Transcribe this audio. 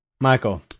Michael